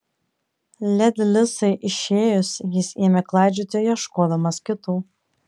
ledi lisai išėjus jis ėmė klaidžioti ieškodamas kitų